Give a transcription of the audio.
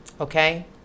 okay